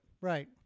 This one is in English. right